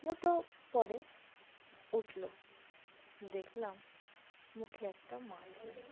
মতো পরে উঠলো দেখলাম মুখে একটা মাছ নিয়ে